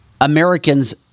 Americans